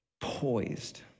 poised